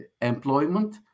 employment